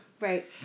Right